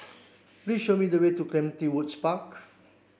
please show me the way to Clementi Woods Park